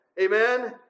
Amen